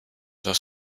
das